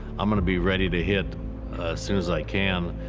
i'm going to be ready to hit soon as i can.